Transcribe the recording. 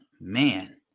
man